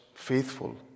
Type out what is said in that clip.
Faithful